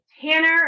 Tanner